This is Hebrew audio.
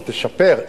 שתשפר,